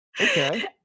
Okay